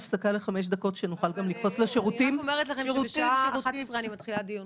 (הישיבה נפסקה בשעה 10:50 ונתחדשה בשעה 10:58.) אני מחדשת את הדיון.